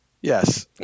Yes